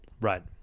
Right